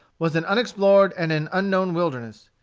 was an unexplored and an unknown wilderness.